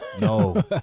no